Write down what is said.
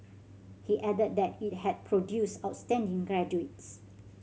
he added that it had produced outstanding graduates